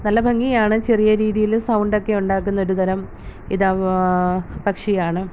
നല്ല ഭംഗിയാണ് ചെറിയ രീതിയിൽ സൗണ്ടൊക്കെ ഉണ്ടാക്കുന്ന ഒരുതരം ഇതാ പക്ഷിയാണ്